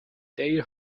their